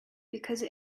because